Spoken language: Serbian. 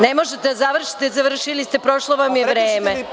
Ne možete da završite, završili ste, prošlo vam je vreme.